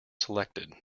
selected